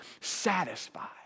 Satisfied